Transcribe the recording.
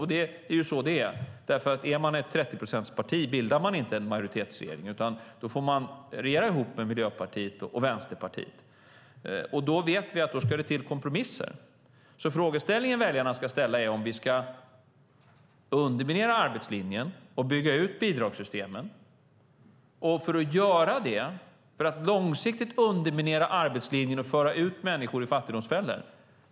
Och det är ju så det är, därför att om man är ett 30-procentsparti bildar man inte en majoritetsregering, utan då får man regera ihop med Miljöpartiet och Vänsterpartiet. Då vet vi att det ska till kompromisser. Frågan väljarna ska ställa är om vi ska underminera arbetslinjen, bygga ut bidragssystemen och höja skatterna för att långsiktigt underminera arbetslinjen och föra ut människor i fattigdomsfällan.